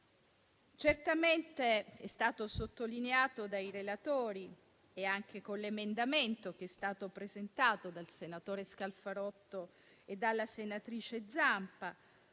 Certamente, com'è stato sottolineato dai relatori, con l'emendamento che è stato presentato dal senatore Scalfarotto e dalla senatrice Zampa